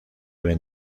ven